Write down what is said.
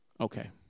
Okay